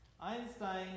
Einstein